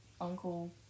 uncle